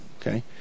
okay